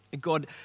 God